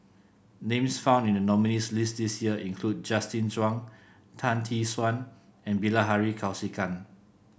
names found in the nominees' list this year include Justin Zhuang Tan Tee Suan and Bilahari Kausikan